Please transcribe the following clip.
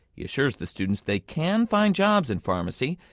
he assures the students they can find jobs in pharmacy.